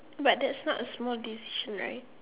but that's not a small decision right